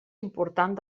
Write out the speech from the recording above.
important